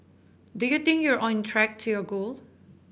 do you think you're on track to your goal